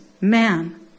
man